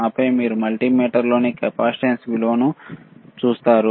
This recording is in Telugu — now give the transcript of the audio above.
ఆపై మీరు మల్టీమీటర్లోని కెపాసిటెన్స్ విలువను చూస్తారు